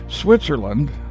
Switzerland